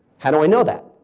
how do i know that?